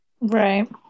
Right